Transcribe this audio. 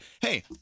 hey